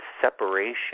separation